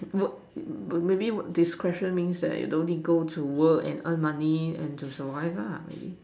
work but maybe this question means that you don't have to work to earn money and to survive lah maybe